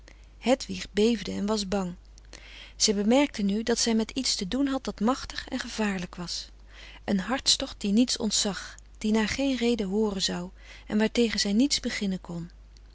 hedwig beefde en was bang zij bemerkte nu dat zij met iets te doen had dat machtig en gevaarlijk was een hartstocht die niets ontzag die naar geen rede hooren zou en waartegen zij niets beginnen kon